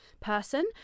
person